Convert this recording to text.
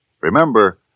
remember